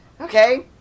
Okay